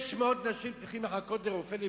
600 נשים צריכות לחכות לרופא לבדיקה,